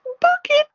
Bucket